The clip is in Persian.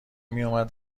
میومد